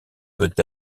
peut